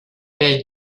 pel